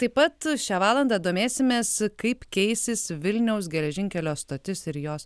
taip pat šią valandą domėsimės kaip keisis vilniaus geležinkelio stotis ir jos